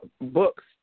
books